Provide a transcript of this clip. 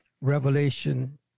Revelation